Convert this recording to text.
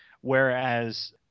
whereas